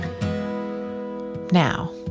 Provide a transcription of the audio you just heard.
Now